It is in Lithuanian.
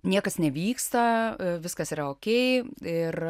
niekas nevyksta viskas yra okei ir